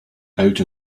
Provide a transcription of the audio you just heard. out